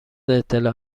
اطلاع